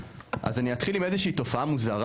אז אני אתחיל עם איזו שהיא תופעה מוזרה